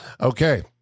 Okay